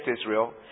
Israel